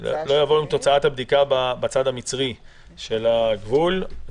תוצאת בדיקה שלילית בצד המצרי של הגבול.